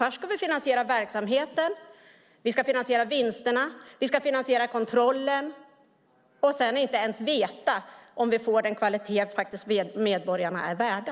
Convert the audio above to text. Vi ska finansiera verksamheten, vi ska finansiera vinsterna och vi ska finansiera kontrollen och inte ens veta om vi får den kvalitet medborgarna är värda.